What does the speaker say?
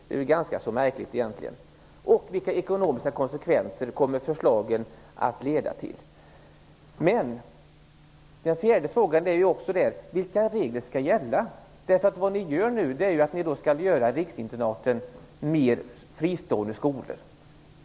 Det är egentligen ganska märkligt. Vidare: Vilka ekonomiska konsekvenser får förslagen? Vilka regler skall gälla? Vad ni nu gör är ju att ni gör riksinternaten mera till fristående skolor.